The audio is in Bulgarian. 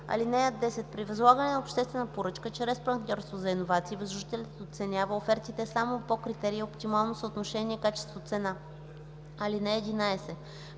променят. (10) При възлагане на обществена поръчка чрез партньорство за иновации възложителят оценява офертите само по критерия оптимално съотношение качество/цена. (11)